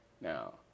Now